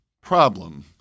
problem